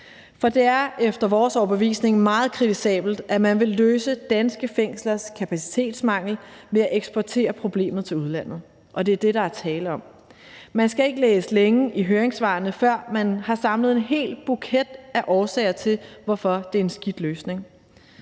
For det er efter vores overbevisning meget kritisabelt, at man vil løse danske fængslers kapacitetsmangel ved at eksportere problemet til udlandet, og det er det, der er tale om. Man skal ikke læse længe i høringssvarene, før man har samlet en hel buket af årsager til, hvorfor det er en skidt løsning.